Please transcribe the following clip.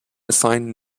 sign